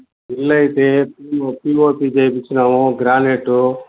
ఇళ్ళైతే POP చేయించాము granite